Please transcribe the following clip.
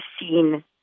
seen